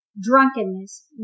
drunkenness